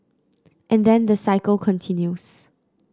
and then the cycle continues